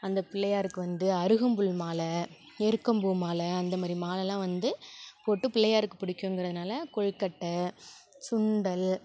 அந்தப் பிள்ளையாருக்கு வந்து அருகம்புல் மாலை எருக்கம்பூ மாலை அந்தமாதிரி மாலைல்லாம் வந்து போட்டுப் பிள்ளையாருக்கு பிடிக்குங்கிறதினால கொழுக்கட்டை சுண்டல்